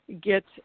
get –